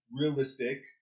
realistic